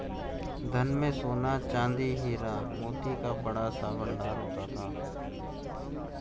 धन में सोना, चांदी, हीरा, मोती का बड़ा सा भंडार होता था